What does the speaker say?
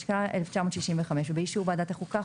התשכ"ה-1965 ובאישור ועדת החוקה,